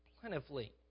plentifully